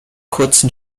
kurzen